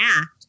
act